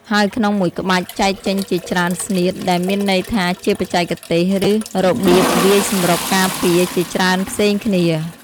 ហើយក្នុងមួយក្បាច់ ចែកចេញជាច្រើន "ស្នៀត" ដែលមានន័យថាជាបច្ចេកទេស ឬរបៀបវាយសម្រុកការពារជាច្រើនផ្សេងគ្នា។